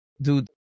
dude